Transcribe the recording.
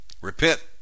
Repent